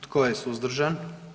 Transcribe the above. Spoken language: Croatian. Tko je suzdržan?